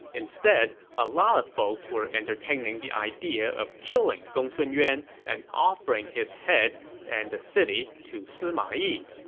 instead, a lot of folks were entertaining the idea of killing gongsun yuan and offering his head and the city to sima yi.